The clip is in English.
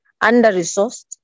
Under-resourced